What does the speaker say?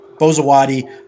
Bozawadi